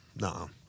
No